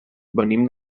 venim